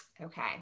Okay